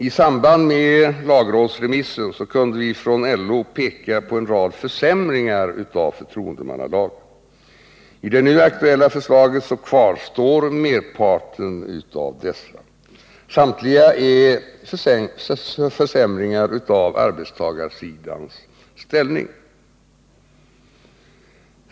I samband med lagrådsremissen kunde vi från LO peka på en rad försämringar av förtroendemannalagen. I det nu aktuella förslaget kvarstår merparten av dessa. Samtliga är försämringar av arbetstagarsidans ställning.